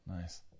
Nice